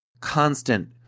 constant